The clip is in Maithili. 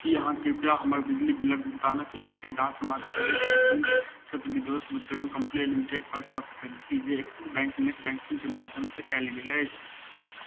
की अहाँ कृपया हमर बिजली बिलक भुगतानक स्थिति जाँच मध्य प्रदेश पश्चिम क्षेत्र विद्युत वितरण कम्पनी लिमिटेड पर कऽ सकैत छी जे एक्सिस बैंक नेट बैंकिंगके माध्यम सऽ कयल गेल अछि